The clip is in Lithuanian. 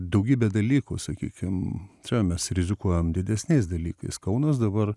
daugybė dalykų sakykim mes rizikuojam didesniais dalykais kaunas dabar